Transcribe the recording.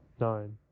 nine